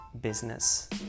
business